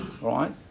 right